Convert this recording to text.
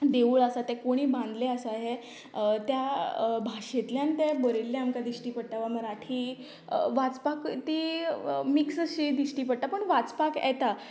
देवूळ आसा तें कोणी बांदलें आसा हें त्या भाशेंतल्यान तें बरयल्लें आमकां दिश्टी पडटा मराठी वाचपाक ती मिक्स अशीं दिश्टी पडटा पूण वाचपाक येता